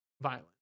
violent